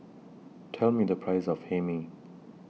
Tell Me The Price of Hae Mee